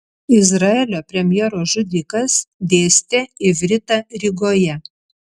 izraelio premjero žudikas dėstė ivritą rygoje